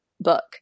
book